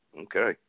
Okay